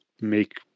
make